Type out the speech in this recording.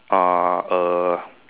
uh a